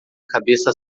cabeça